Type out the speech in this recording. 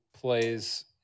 plays